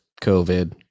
covid